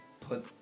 put